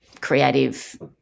creative